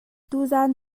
tuzaan